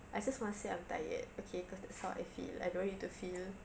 I just want to say I'm tired okay cause that's how I feel I don't want you to feel